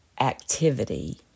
activity